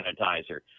sanitizer